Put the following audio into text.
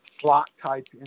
slot-type